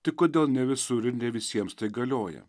tik kodėl ne visur ir ne visiems tai galioja